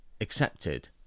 accepted